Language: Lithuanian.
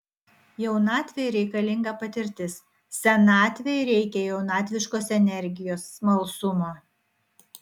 jaunatvei reikalinga patirtis senatvei reikia jaunatviškos energijos smalsumo